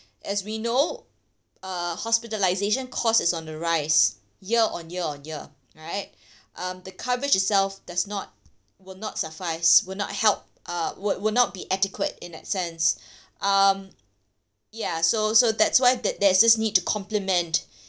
as we know uh hospitalisation cost is on the rise year on year on year right um the coverage itself does not will not suffice will not help uh wi~ will not be adequate in that sense um yeah so that's why th~ there's this need to compliment